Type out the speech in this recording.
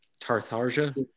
Tartharja